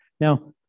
now